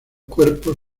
cuerpos